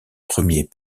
premiers